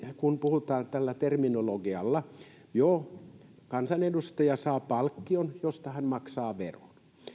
kun puhutaan tällä terminologialla joo kansanedustaja saa palkkion josta hän maksaa veron